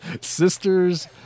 Sister's